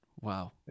Wow